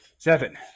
Seven